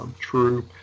true